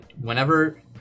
whenever